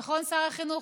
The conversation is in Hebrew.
נכון, שר החינוך?